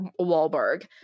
Wahlberg